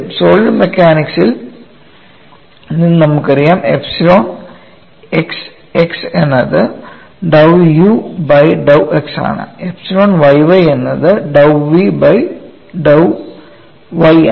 solid മെക്കാനിക്സിൽ നിന്ന് നമുക്കറിയാം എപ്സിലോൺ xx എന്നത് dou u by dou x ആണ് എപ്സിലോൺ yy എന്നത് dou v by dou y ആണ്